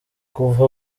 kuva